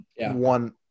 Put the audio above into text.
one